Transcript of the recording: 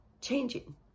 changing